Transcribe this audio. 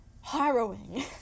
Harrowing